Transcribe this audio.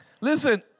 Listen